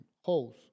holes